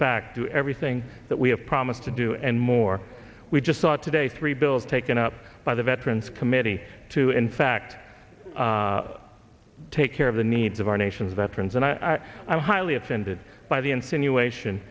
fact do everything that we have promised to do and more we just saw today three bills taken up by the veterans committee to in fact take care of the needs of our nation's veterans and i i'm highly offended by the insinuation